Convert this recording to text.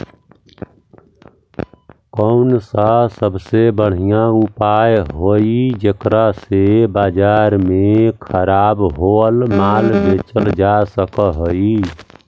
कौन सा सबसे बढ़िया उपाय हई जेकरा से बाजार में खराब होअल माल बेचल जा सक हई?